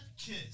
kiss